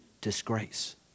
disgrace